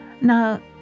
Now